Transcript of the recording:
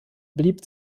blieb